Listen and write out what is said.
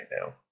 now